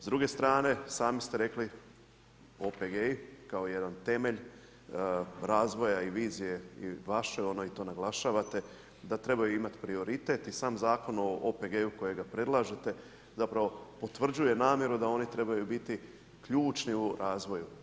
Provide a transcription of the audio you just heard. S druge strane sami ste rekli OPG-i kao jedan temelj razvoja i vizije i vaše i to naglašavate da trebaju imati prioritet i sam Zakon o OPG-u kojega predlažete zapravo potvrđuje namjeru da oni trebaju biti ključni u razvoju.